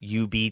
UB